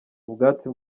ubwatsi